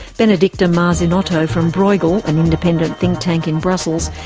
benedicta marzinotto from bruegel, an independent think tank in brussels,